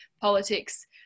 politics